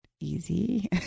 easy